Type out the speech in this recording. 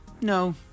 No